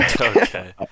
Okay